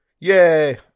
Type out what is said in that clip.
yay